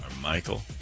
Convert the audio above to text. Michael